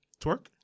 Twerk